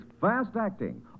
fast-acting